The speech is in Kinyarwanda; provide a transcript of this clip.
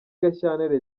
gashyantare